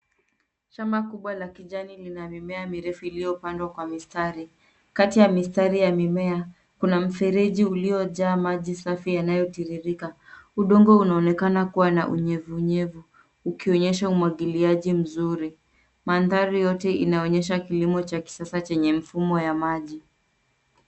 Shamba kubwa la kijani lina mimea mirefu iliyopandwa kwa mistari. Kati ya mistari ya mimea kuna mfereji uliojaa maji safi yanayotiririka. Udongo unaonekana kuwa na unyevunyevu ukionyesha umwangiliaji mzuri. Mandhari yote inaonyesha kilimo cha kisasa chenye mifumo ya maji.